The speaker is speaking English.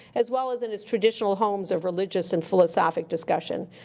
as well as in its traditional homes of religious and philosophic discussion.